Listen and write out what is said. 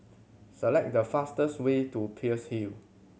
select the fastest way to Peirce Hill